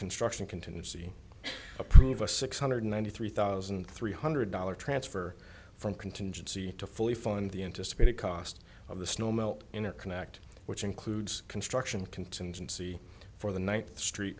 construction contingency approve a six hundred ninety three thousand three hundred dollars transfer from contingency to fully fund the integrated cost of the snow melt in a contract which includes construction contingency for the ninth street